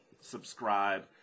subscribe